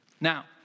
Now